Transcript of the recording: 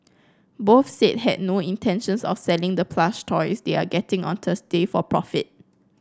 both said had no intentions of selling the plush toys they are getting on Thursday for profit